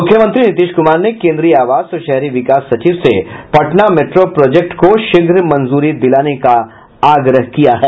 मुख्यमंत्री नीतीश कुमार ने केंद्रीय आवास और शहरी विकास सचिव से पटना मेट्रो प्रोजेक्ट को शीघ्र मंजूरी दिलाने को आग्रह किया है